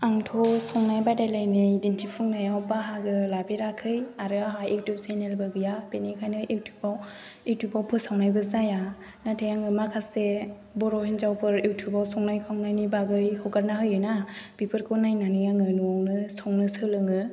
आंथ' संनाय बादायलायनाय दिनथिफुंनायाव बाहागो लाफेराखै आरो आंहा युटुब चेनेलबो गैया बेनिखायनो युटुबआव फोसावनाय जाया नाथाय आङो माखासे बर' हिन्जावफोर युटुबाव संनाय खावनायनि बागै हगारना होयोना बेफोरखौ नायनानै आङो न'आवनो संनो सोलोङो